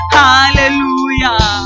hallelujah